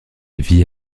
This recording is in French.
vie